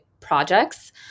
projects